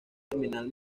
terminal